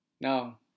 Now